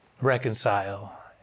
reconcile